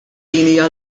hija